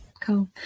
cool